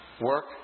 work